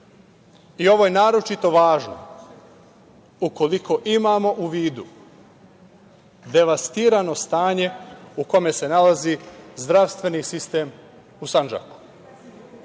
Ovo je naročito važno ukoliko imamo u vidu devastirano stanje u kome se nalazi zdravstveni sistem u Sandžaku